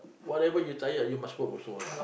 whatever you tired you must work also lah